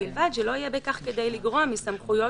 ובלבד שלא יהיה בכך כדי לגרוע מסמכויות